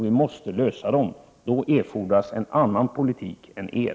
Vi måste lösa problemen. Då erfordras en annan politik än er.